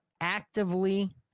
actively